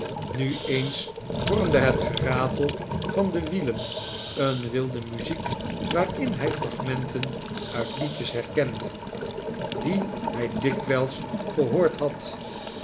nu eens vormde het geratel van de wielen een wilde muziek waarin hij fragmenten uit liedjes herkende die hij dikwijls gehoord had